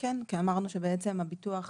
כן, כי אמרנו בעצם שהביטוח